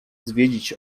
zwiedzić